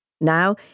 Now